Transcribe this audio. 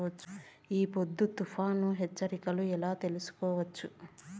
ఈ పొద్దు తుఫాను హెచ్చరికలు ఎలా తెలుసుకోవచ్చు?